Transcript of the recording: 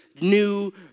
new